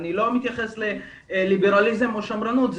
אני לא מתייחס לליברליזם או שמרנות,